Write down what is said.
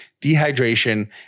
dehydration